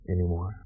anymore